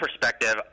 perspective